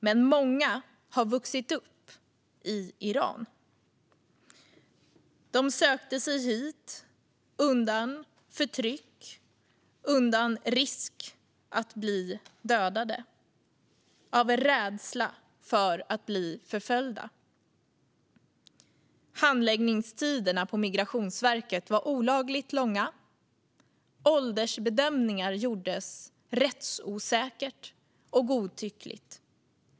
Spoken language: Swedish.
Många hade dock vuxit upp i Iran. De sökte sig hit undan förtryck, undan risk att bli dödade, av rädsla för att bli förföljda. Handläggningstiderna på Migrationsverket var olagligt långa. Åldersbedömningar gjordes rättsosäkert och godtyckligt.